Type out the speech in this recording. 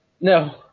No